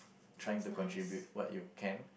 trying to contribute what you can